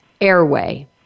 airway